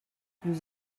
nous